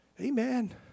Amen